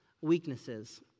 weaknesses